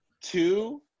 Two